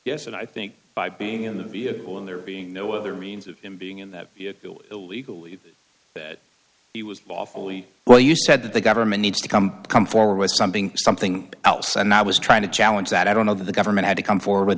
yes and i think by being in the vehicle and there being no other means of him being in that field illegally he was bought only well you said that the government needs to come come forward something something else and i was trying to challenge that i don't know that the government had to come forward